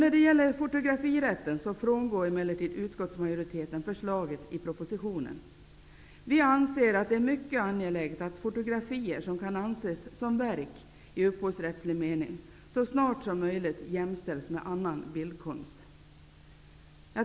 När det gäller fotografirätten frångår emellertid utskottsmajoriteten förslaget i propositionen. Vi anser att det är mycket angeläget att fotografier som kan anses som verk i upphovsrättslig mening så snart som möjligt jämställs med annan bildkonst.